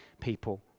people